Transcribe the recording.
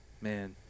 Man